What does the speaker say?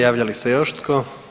Javlja li se još tko?